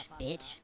bitch